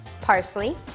parsley